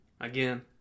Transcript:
Again